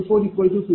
u